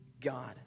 God